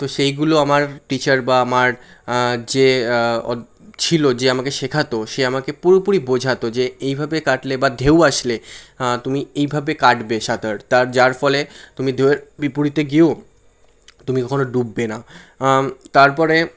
তো সেইগুলো আমার টিচার বা আমার যে ছিলো যে আমাকে শেখাতো সে আমাকে পুরোপুরি বোঝাতো যে এইভাবে কাটলে বা ঢেউ আসলে তুমি এইভাবে কাটবে সাঁতার তার যার ফলে তুমি ঢেউয়ের বিপরীতে গিয়েও তুমি কখনো ডুববে না তারপরে